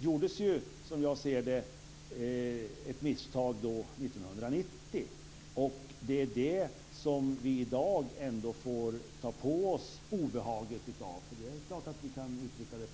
gjordes ju som jag ser det ett misstag 1990. Det är det som vi i dag ändå får ta på oss obehaget av - för det är klart att vi kan uttrycka det på det sättet.